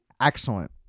excellent